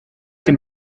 dem